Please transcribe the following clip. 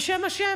בשם השם,